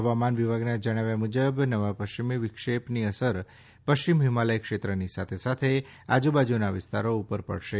હવામાન વિભાગના જણાવ્યા મુજબ નવા પશ્ચિમ વિક્ષેપની અસર પશ્ચિમ હિમાલય ક્ષેત્રની સાથે સાથે આજુબાજુના વિસ્તારો ઉપર પડશે